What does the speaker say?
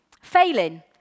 failing